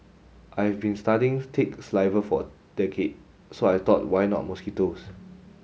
I've been studying tick saliva for a decade so I thought why not mosquitoes